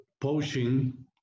poaching